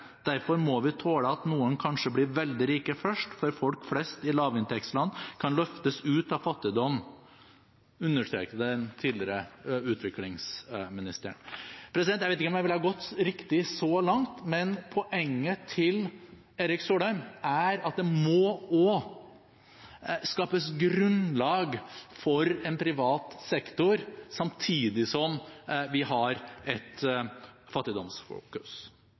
Derfor må vi tåle at noen kanskje blir veldig rike først, før folk flest i lavinntektsland kan løftes ut av fattigdom, mener den tidligere utviklingsministeren.» Jeg vet ikke om jeg ville gått riktig så langt, men poenget til Erik Solheim er at det må også skapes grunnlag for en privat sektor, samtidig som vi har et fattigdomsfokus.